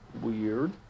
Weird